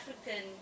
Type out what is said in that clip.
African